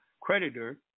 creditor